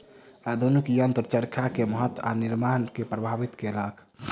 आधुनिक यंत्र चरखा के महत्त्व आ निर्माण के प्रभावित केलक